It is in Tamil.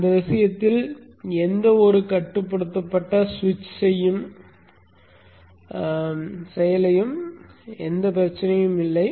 அந்த விஷயத்தில் எந்த ஒரு கட்டுப்படுத்தப்பட்ட சுவிட்ச் செய்யும் என்பதில் எந்த பிரச்சனையும் இல்லை